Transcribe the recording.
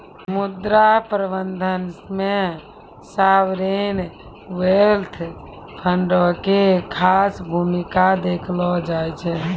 मुद्रा प्रबंधन मे सावरेन वेल्थ फंडो के खास भूमिका देखलो जाय छै